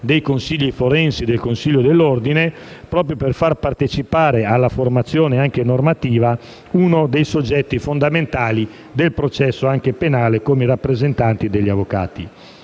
dei consigli forensi e del consiglio dell'Ordine, proprio per far partecipare alla formazione normativa uno dei soggetti fondamentali del processo penale come i rappresentanti degli avvocati.